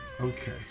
okay